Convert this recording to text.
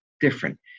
different